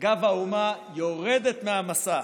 גב האומה יורדת מהמסך.